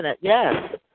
yes